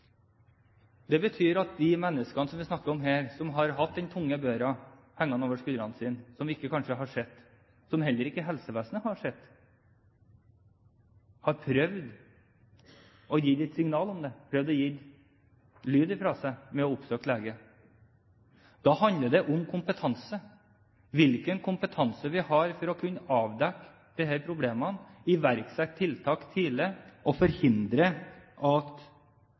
Det betyr at de menneskene vi snakker om her, som har hatt den tunge børa hengende over skuldrene sine, som vi kanskje ikke har sett, som heller ikke helsevesenet har sett, har prøvd å gi et signal om det, prøvd å gi lyd fra seg ved å oppsøke lege. Da handler det om kompetanse – hvilken kompetanse vi har for å kunne avdekke disse problemene, iverksette tiltak tidlig og forhindre at